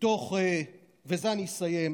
ובזה אני אסיים,